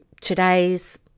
today's